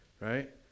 right